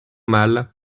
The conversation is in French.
mal